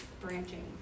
branching